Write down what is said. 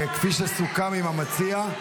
כפי שסוכם עם המציע,